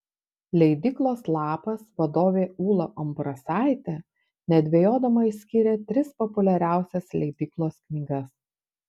leidyklos lapas vadovė ūla ambrasaitė nedvejodama išskyrė tris populiariausias leidyklos knygas